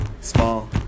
small